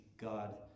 God